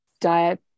diet